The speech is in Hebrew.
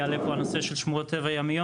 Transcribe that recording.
יעלה פה הנושא של שמורות טבע ימיות,